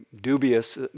dubious